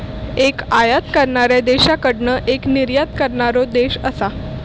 एक आयात करणाऱ्या देशाकडना एक निर्यात करणारो देश असा